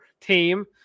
team